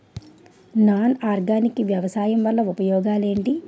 Non organic వ్యవసాయం వల్ల ఉపయోగాలు ఏంటీ?